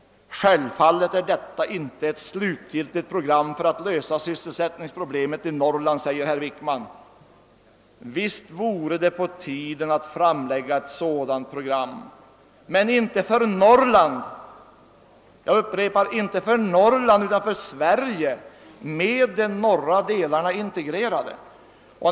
Självfallet är detta inte ett slutgiltigt program för att lösa sysselsättningsproblemet i Norrland, säger herr Wickman. Visst vore det på tiden att framlägga ett sådant program. Men inte för Norrland! Jag upprepar: Inte för Norrland utan för Sverige, med de norra delarna integrerade.